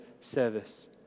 service